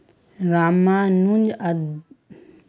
रामानुजन अनुसंधान निधीकरण पावार की तरीका छे